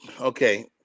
Okay